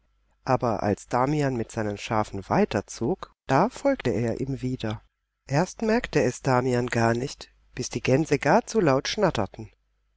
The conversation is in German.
aber als damian mit seinen schafen weiterzog da folgte er ihm wieder erst merkte es damian gar nicht bis die gänse gar zu laut schnatterten